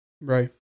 Right